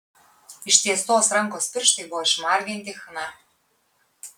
ištiestos rankos pirštai buvo išmarginti chna